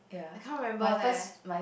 I cannot remember leh